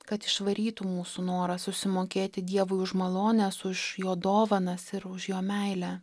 kad išvarytų mūsų norą susimokėti dievui už malones už jo dovanas ir už jo meilę